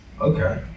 Okay